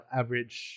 average